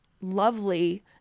lovely